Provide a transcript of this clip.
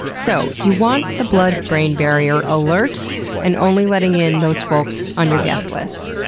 so, you want the blood-brain barrier alert and only letting in those folks on your guest list.